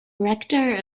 rector